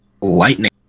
Lightning